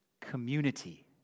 community